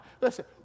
Listen